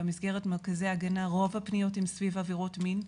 במסגרת מרכזי ההגנה רוב הפגיעות הן סביב עבירות מין.